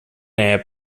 air